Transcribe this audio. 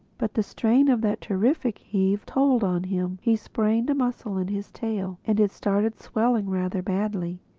but the strain of that terrific heave told on him he sprained a muscle in his tail and it started swelling rather badly.